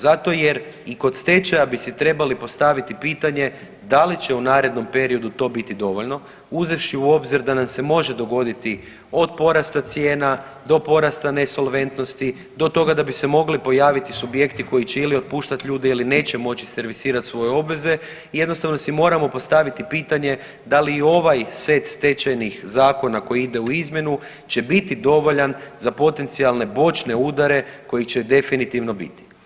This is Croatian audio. Zato jer i kod stečaja bi si trebali postaviti pitanje da li će u narednom periodu to biti dovoljno uzevši u obzir da nam se može dogoditi od porasta cijena do porasta nesolventnosti, do toga da bi se mogli pojaviti subjekti koji će ili otpuštati ljude ili neće moći servisirat svoje obveze i jednostavno si moramo postaviti pitanje da li ovaj set stečajnih zakona koji ide u izmjenu će biti dovoljan za potencijalne bočne udare kojih će definitivno biti.